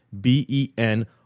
B-E-N